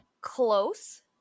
Close